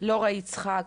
לורה יצחק,